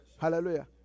Hallelujah